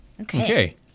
Okay